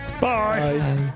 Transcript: bye